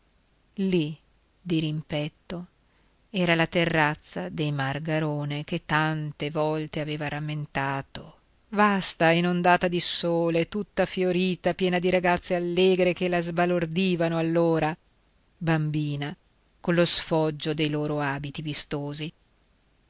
lì dirimpetto era la terrazza dei margarone che tante volte aveva rammentato vasta inondata di sole tutta fiorita piena di ragazze allegre che la sbalordivano allora bambina collo sfoggio dei loro abiti vistosi